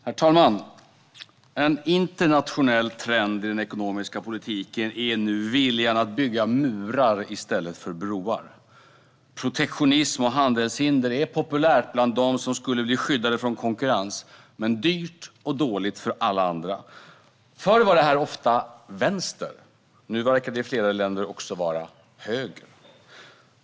Herr talman! En internationell trend i den ekonomiska politiken är viljan att bygga murar i stället för broar. Protektionism och handelshinder är populära bland dem som skulle bli skyddade från konkurrens. Men det är dyrt och dåligt för alla andra. Förr ansågs det ofta som vänsterpolitik. Nu verkar det i flera länder också vara högerpolitik.